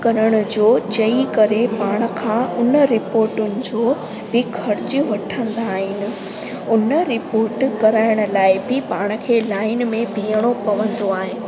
उपकरण जो चई करे पाण खां उन रिपोटुनि जो बि ख़र्चु वठंदा आहिनि उन रिपोट कराइण लाइ बि पाण खे लाइन में बीहणो पवंदो आहे